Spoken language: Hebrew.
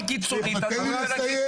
הוא מדבר